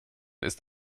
ist